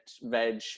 veg